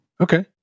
okay